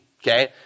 Okay